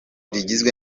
rigizwe